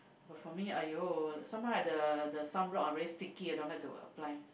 but for me !aiyo! sometime right the the sunblock very sticky I don't like to apply